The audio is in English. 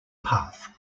path